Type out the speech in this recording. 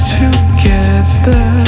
together